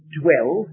dwell